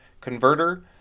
converter